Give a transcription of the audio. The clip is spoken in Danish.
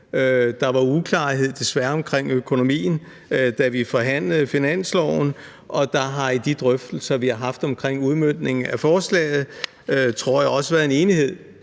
Der var uklarhed, desværre, omkring økonomien, da vi forhandlede finansloven, og der har i de drøftelser, vi har haft omkring udmøntningen af forslaget, tror jeg, også været en enighed